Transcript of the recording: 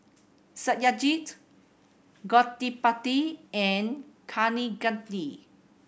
Satyajit Gottipati and Kaneganti